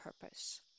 purpose